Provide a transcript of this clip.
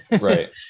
right